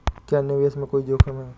क्या निवेश में कोई जोखिम है?